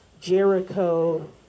Jericho